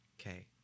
Okay